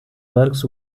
works